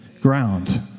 ground